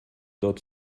dort